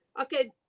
okay